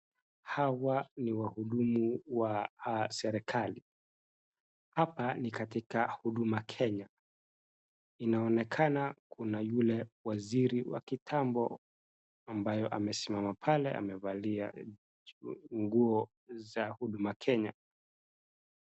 Hawa ni wahudumu wa serikali. Hapa ni katika huduma Kenya. Inaonekana kuna yule waziri wa kitambo ambayo amesimama pale amevalia nguo za huduma Kenya.